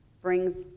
brings